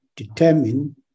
determine